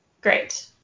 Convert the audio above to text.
Great